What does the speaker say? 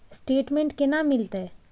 Statement केना मिलते?